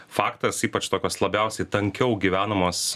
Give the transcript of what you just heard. faktas ypač tokios labiausiai tankiau gyvenamos